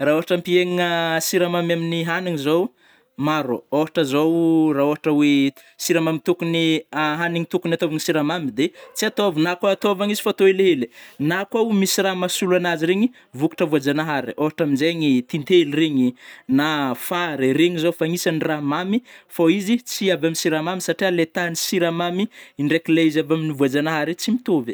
Ra ôhatra hampiegna siramamy aminy hagniny zao maro, ôhatra zao, ra ôtra oe siramamy tokony hagniny tokony atao am siramamy de tsy ataovigna na kôa ataovagna izy fa atao helihely, na koaho misy rah masolo anazy regny vokatra vôjagnahary, ôhatra amizegny tintely regny na fary, regny zao fa agnisany rah mamy fô izy tsy avy ami siramamy satria le tahany siramamy ndraiky le izy avy ami vôjanahary iny tsy mitovy.